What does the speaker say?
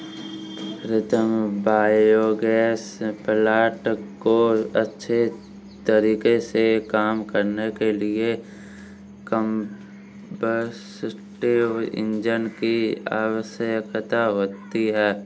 प्रीतम biogas plant को अच्छे तरीके से काम करने के लिए कंबस्टिव इंजन की आवश्यकता होती है